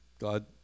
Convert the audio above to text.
God